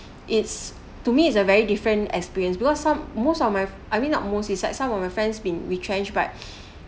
it's to me it's a very different experience because some most of my I mean not most it's like some of my friends been retrenched but